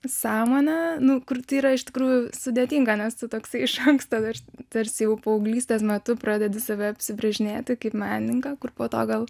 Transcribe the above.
samonę nu kur tai yra iš tikrųjų sudėtinga nes tu toksai iš anksto dar tarsi jau paauglystės metu pradedi save apibrėžinėti kaip menininką kur po to gal